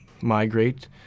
migrate